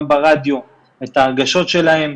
גם ברדיו את ההרגשות שלהם.